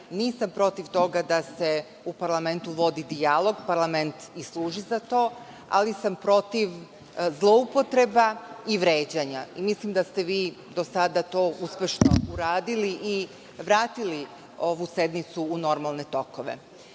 Nisam protiv toga da se u parlamentu vodi dijalog, parlament i služi za to, ali sam protiv zloupotreba i vređanja. Mislim da ste vi do sada to uspešno uradili i vratili ovu sednicu u normalne tokove. Vojska